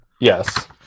Yes